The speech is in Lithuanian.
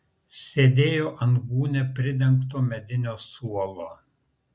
sėdėjo ant gūnia pridengto medinio suolo